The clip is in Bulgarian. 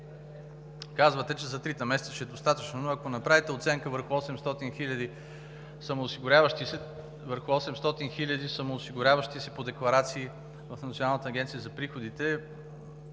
казвате, че за трите месеца ще е достатъчно, но ако направите оценка върху 800 хиляди самоосигуряващи се по декларации в Националната агенция за приходите